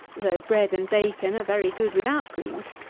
though bread and bacon are very good without greens,